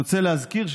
אני רוצה להזכיר,